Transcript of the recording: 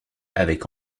avec